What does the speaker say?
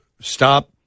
stop